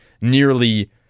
nearly